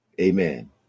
Amen